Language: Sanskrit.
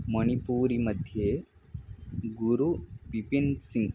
मणिपूरिमध्ये गुरुबिपिन्सिङ्ग्